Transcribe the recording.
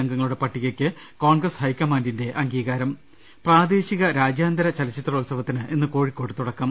അംഗങ്ങളുടെ പട്ടികയ്ക്ക് കോൺഗ്രസ് ഹൈക്കമാൻഡിന്റെ അംഗീകാരം പ്രാദേശിക രാജ്യാന്തര ചലച്ചിത്രോത്സവത്തിന് ഇന്ന് കോഴിക്കോട്ട് തുടക്കം